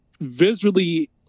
visually